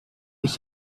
ich